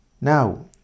Now